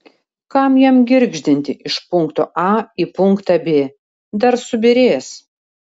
kam jam girgždinti iš punkto a į punktą b dar subyrės